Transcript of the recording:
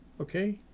Okay